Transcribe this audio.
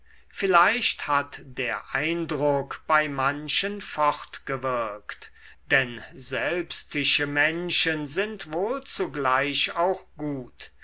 vielleicht hat der eindruck bei manchen fortgewirkt denn selbstische menschen sind wohl zugleich auch gut